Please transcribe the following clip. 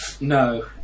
No